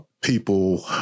people